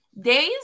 days